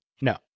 No